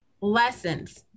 lessons